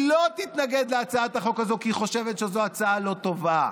היא לא תתנגד להצעת החוק הזאת כי היא חושבת שזו הצעה לא טובה,